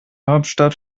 hauptstadt